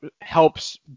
helps